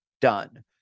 done